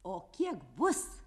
o kiek bus